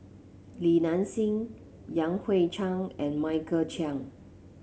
Li Nanxing Yan Hui Chang and Michael Chiang